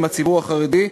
עם הציבור החרדי,